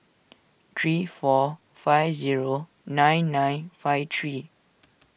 three four five zero nine nine five three